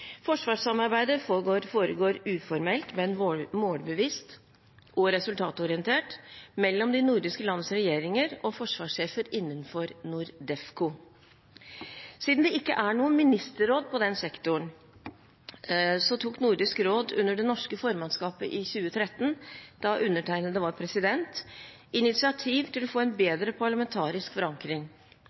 Forsvarssamarbeidet foregår uformelt, men målbevisst og resultatorientert mellom de nordiske lands regjeringer og forsvarssjefer innenfor NORDEFCO. Siden det ikke er noe ministerråd i den sektoren, tok Nordisk råd under det norske formannskapet i 2013, da undertegnede var president, initiativ til å få en bedre parlamentarisk forankring.